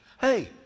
Hey